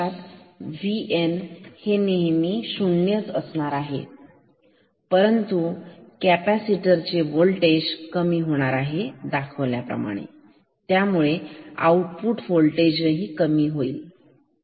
प्रत्यक्षात VN नेहमी 0 असणार आहे परंतु कॅपॅसिटर चे होल्टेज कमी होणार आहे दाखवल्याप्रमाणे त्यामुळे Vo सुद्धा कमी होईल